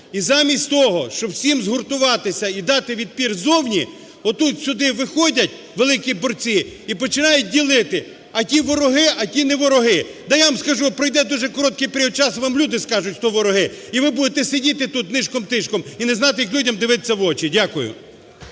І замість того, щоб всім згуртуватися і дати відпір ззовні, отут сюди виходять великі борці і починають ділити: а ті вороги, а ті не вороги. Да я вам скажу, пройде дуже короткий період часу, вам люди скажуть, хто вороги, і ви будете сидіти тут нишком-тишком і не знати, як людям дивитися в очі. Дякую.